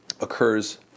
occurs